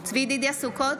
בהצבעה צבי ידידיה סוכות,